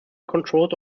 controlled